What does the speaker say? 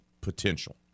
potential